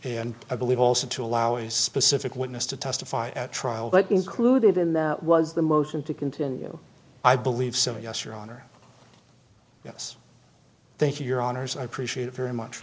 and i believe also to allow a specific witness to testify at trial but included in that was the motion to continue i believe so yes your honor yes thank you your honors i appreciate it very much